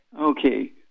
Okay